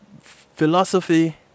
Philosophy